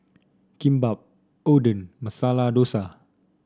Kimbap Oden Masala Dosa